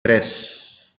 tres